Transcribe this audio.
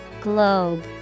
Globe